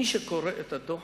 מי שקורא את הדוח